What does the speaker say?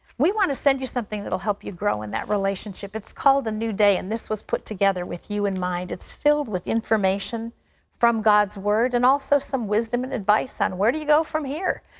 we want to send you something that will help you grow in that relationship. it's called a new day, and this was put together with you in mind. it's filled with information from god's word, and also some wisdom and advice on where do you go from here.